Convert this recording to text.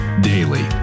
Daily